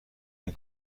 این